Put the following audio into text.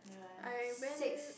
I went